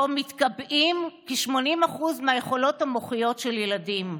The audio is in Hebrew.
שבו מתקבעות כ-80% מהיכולות המוחיות של ילדים.